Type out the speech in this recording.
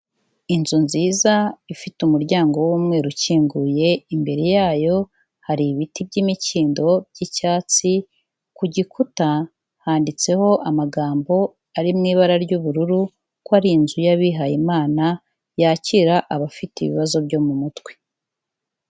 Inzu nziza ifite umuryango w'umweru ukinguye imbere yayo hari ibiti by'imikindo by'icyatsi, ku gikuta handitseho amagambo ari mu ibara ry'ubururu ko ari inzu y'abihayimana yakira abafite ibibazo byo mu mutwe.